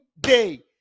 day